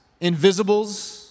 invisibles